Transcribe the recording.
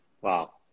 Wow